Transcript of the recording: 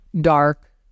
dark